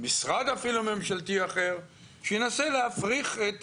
אפילו משרד ממשלתי אחר שינסה להפריך את